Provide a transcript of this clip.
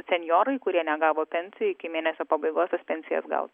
senjorai kurie negavo pensijų iki mėnesio pabaigos tas pensijas gau